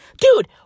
Dude